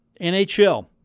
NHL